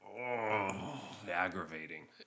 aggravating